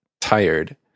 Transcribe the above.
tired